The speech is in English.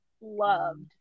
loved